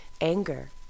anger